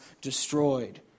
destroyed